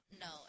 No